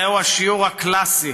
זהו השיעור הקלאסי